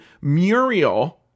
Muriel